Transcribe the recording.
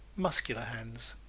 muscular hands.